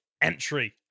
entry